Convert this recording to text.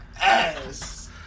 ass